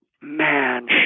man